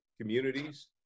communities